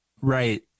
right